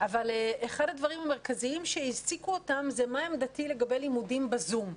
אבל אחד הדברים המרכזיים שהעסיקו אותם היא מה עמדתי לגבי לימודים ב-זום.